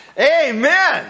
Amen